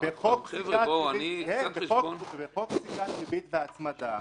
בחוק פסיקת ריבית והצמדה,